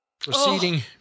proceeding